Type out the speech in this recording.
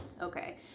okay